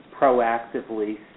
proactively